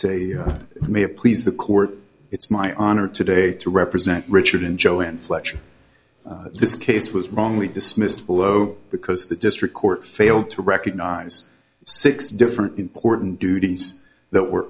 say may please the court it's my honor today to represent richard and joe inflexion this case was wrongly dismissed below because the district court failed to recognize six different important duties that were